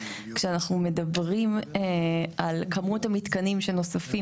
כשאנחנו מדברים על כמות המתקנים שנוספים